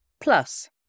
Plus